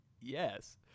yes